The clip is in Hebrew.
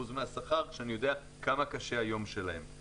מהשכר כשאני יודע עד כמה היום שלהם קשה.